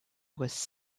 was